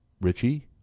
Richie